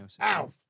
Ow